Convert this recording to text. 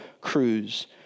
Cruz